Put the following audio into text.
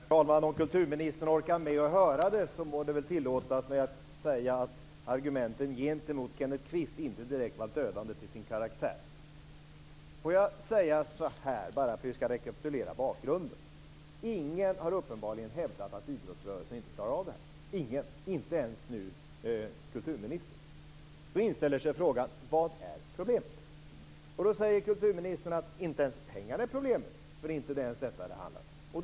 Herr talman! Om kulturministern orkar med att höra det må det väl tillåtas mig att säga att argumenten gentemot Kenneth Kvist inte direkt var dödande till sin karaktär. Får jag säga så här, bara för att vi skall rekapitulera bakgrunden: Ingen har uppenbarligen hävdat att idrottsrörelsen inte klarar av det här. Ingen har gjort det, inte ens nu kulturministern. Då inställer sig frågan: Vad är problemet? Kulturministern säger att inte ens pengarna är problemet. Det är inte ens detta det handlar om.